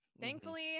Thankfully